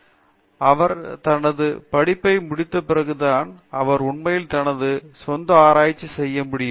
பேராசிரியர் அரிந்தமா சிங் அவர் தனது படிப்பை முடித்த பிறகுதான் அவர் உண்மையில் தனது சொந்த ஆராய்ச்சி செய்ய முடியும்